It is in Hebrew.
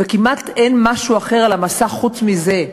וכמעט שאין משהו אחר על המסך חוץ מזה.